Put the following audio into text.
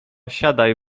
siadaj